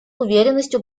уверенностью